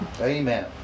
Amen